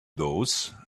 those